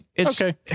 okay